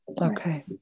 Okay